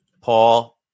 paul